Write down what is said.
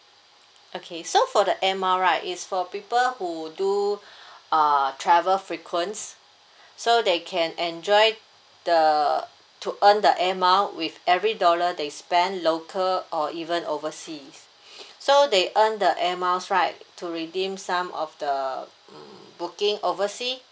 okay so for the air miles right is for people who do err travel frequents so they can enjoy the to earn the air miles with every dollar they spend local or even overseas so they earn the air miles right to redeem some of the um booking oversea